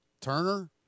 Turner